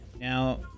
Now